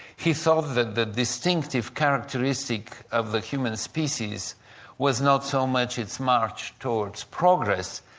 he thought that the distinctive characteristic of the human species was not so much its march towards progress,